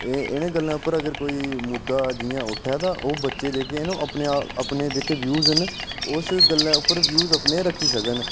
इ'नें गल्लें उप्पर जि'यां कोई मुद्दा अगर उट्ठै तां ओह् बच्चे जेह्के न अपने आप अपने जेह्के व्यूज न उस गल्ला उप्पर अपने व्यूज अपने रक्खी सकन